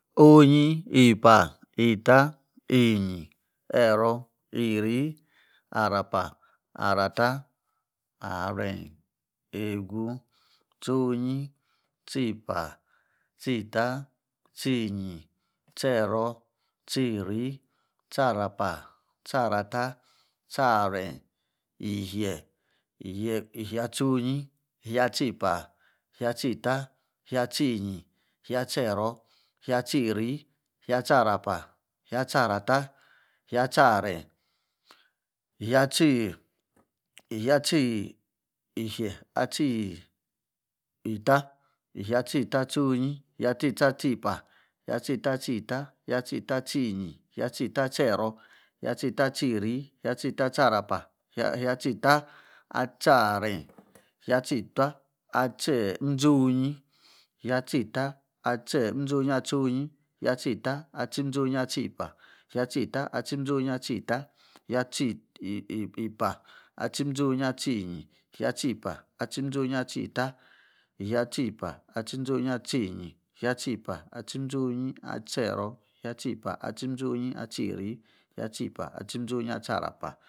onyi eipa eitaaa einyi ero eri arapa, arata, arenyi egu tcheipa tcheita tchei nyi tchero tcheri tcharapa tcharata tcharanyi ishie ishie a'tchonyi ishie atcheipa ishie a tcheita, ishie atcheinyi ishie atchor ero eshie atcheiri, ishie atcharapa ishie atcha arata ishie atcharanyi ishie atchei ishie atcgi ishie atchei eta ishie atchei ta atchonyi ishie atchei ta atcheipa ishie a'etcheita atcheta ishie atchei ta a'tcheinyi ishie atcheita atcheirto ishie atcheita atchi eri ishie atchieta atchieri ishie atchieta atcharapa ishie atchieta atcharata ishei atcheita atta aranyi ishie aracheita atchinze onyi ishie atcheita atchize onyi atcho nyi ishie atcheita atchinze onyi atcheipa ishie atcheita atchinze onyi atchei ta ishie atchei-ei-pa atchinze onyi atcheinyi ishie atcheipa atchi nze onyi atcheita ishie atchei pa at cheipa atchinze onyi atchi enyi ishie atcheipa atchi nze onyi atcheiero ishie atcheipa atchinze onyi atcheiri ishie atchei pa atchei pa atchinze onyi atcharapa